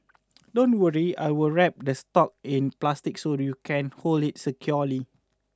don't worry I will wrap the stalk in plastic so you can hold it securely